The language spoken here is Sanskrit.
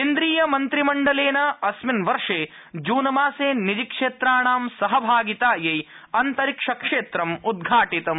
केन्द्रीय मन्त्रिमण्डलेन अस्मिन् वर्षे जूनमासे निजी क्षेत्राणां सहभागितायै अन्तरिक्षक्षेत्रं उद्घाटितम्